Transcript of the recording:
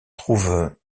trouve